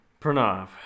Pranav